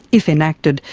if enacted,